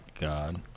God